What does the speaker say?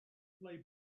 play